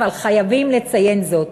אבל חייבים לציין זאת.